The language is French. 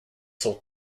sont